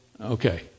okay